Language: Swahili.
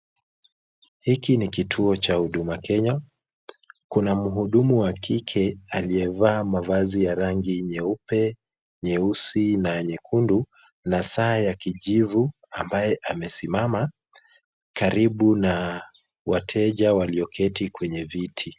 Hiki ni kituo cha Huduma Kenya kuna mhudumu wa kike aliyevaa mavazi ya rangi nyeupe, nyeusi na nyekundu na saa ya kijivu ambaye amesimama karibu na wateja walioketi kwenye viti.